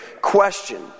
question